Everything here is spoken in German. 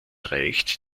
reicht